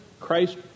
Christ